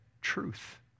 truth